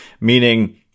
meaning